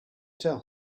tell